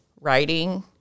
writing